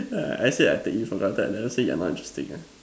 K lah I say I take you for granted I never say you're not interesting ah